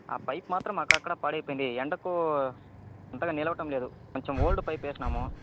ఆ పైప్ మాత్రం అక్కడక్కడా పాడైపోయింది ఎండకు అంతగా నిలవటంలేదు కొంచెం ఓల్డ్ పైప్ వేసినాము